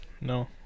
no